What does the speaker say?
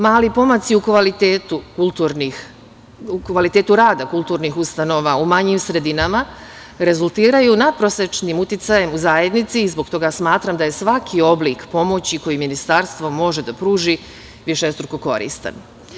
Mali pomaci u kvalitetu rada kulturnih ustanova u manjim sredinama rezultiraju natprosečnim uticajem u zajednici i zbog toga smatram da je svaki oblik pomoći koji Ministarstvo može da pruži višestruko koristan.